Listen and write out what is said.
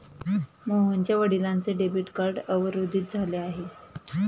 मोहनच्या वडिलांचे debit card अवरोधित झाले आहे